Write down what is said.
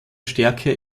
stärke